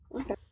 Okay